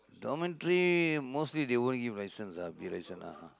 dormitory mostly they won't give license ah beer license ah (uh huh)